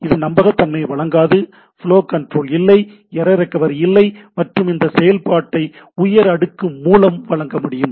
இது நம்பகத்தன்மையை வழங்காது ஃப்ளோ கண்ட்ரோல் இல்லை எர்ரர் ரெக்கவரி இல்லை மற்றும் இந்த செயல்பாட்டை உயர் அடுக்கு மூலம் வழங்க முடியும்